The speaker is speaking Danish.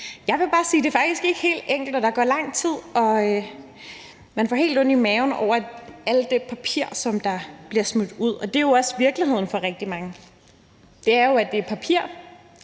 jeg vil bare sige, at det faktisk ikke er helt enkelt. Der går lang tid, og man får helt ondt i maven over alt det papir, der bliver smidt ud. Og det er jo altså virkeligheden for rigtig mange: Det er papir, og det er jo